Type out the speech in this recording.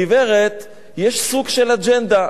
שלגברת יש סוג של אג'נדה.